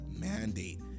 mandate